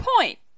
point